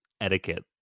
etiquette